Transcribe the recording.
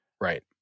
right